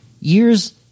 years